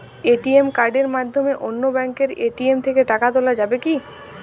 ATM কার্ডের মাধ্যমে অন্য ব্যাঙ্কের এ.টি.এম থেকে টাকা তোলা যাবে কি?